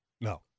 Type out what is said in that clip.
No